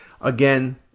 Again